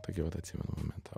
tokį vat atsimenu momentą